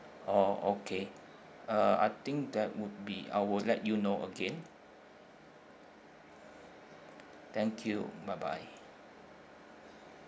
oh okay uh I think that would be I would let you know again thank you bye bye